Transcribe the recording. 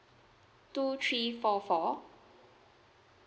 two three four four